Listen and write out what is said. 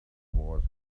wars